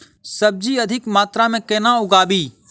सब्जी अधिक मात्रा मे केना उगाबी?